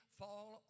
fall